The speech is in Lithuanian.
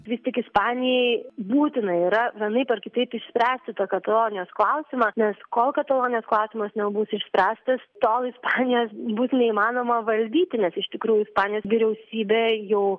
vis tik ispanijai būtina yra vienaip ar kitaip išspręsti tą katalonijos klausimą nes kol katalonijos klausimas nebus išspręstas tol ispanijos bus neįmanoma valdyti nes iš tikrųjų ispanijos vyriausybė jau